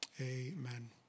Amen